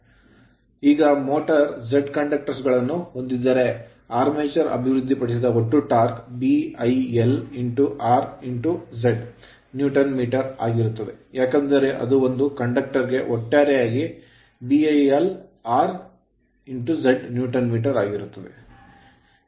ಈಗ motor Z conductor conductor ಗಳನ್ನು ಹೊಂದಿದ್ದರೆ armature ಆರ್ಮೇಚರ್ ಅಭಿವೃದ್ಧಿಪಡಿಸಿದ ಒಟ್ಟು torque torque BIL r Z Newton meter ಆಗಿರುತ್ತದೆ ಏಕೆಂದರೆ ಅದು ಒಂದು ಕಂಡಕ್ಟರ್ ಗೆ ಒಟ್ಟಾರೆಯಾಗಿ ಅದು r Z Newton meter ಆಗಿರುತ್ತದೆ